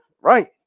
Right